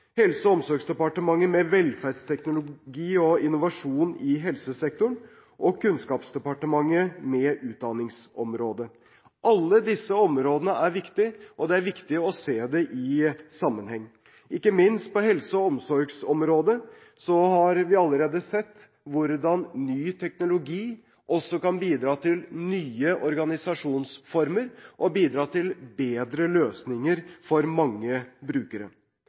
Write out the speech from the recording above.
Helse- og omsorgsdepartementet med velferdsteknologi og innovasjon i helsesektoren og Kunnskapsdepartementet med utdanningsområdet. Alle disse områdene er viktige, og det er viktig å se dem i sammenheng. Ikke minst på helse- og omsorgsområdet har vi allerede sett hvordan ny teknologi også kan bidra til nye organisasjonsformer og til bedre løsninger for mange brukere.